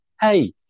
hey